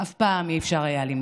אף פעם לא היה אפשר למצוא,